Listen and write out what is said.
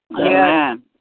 Amen